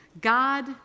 God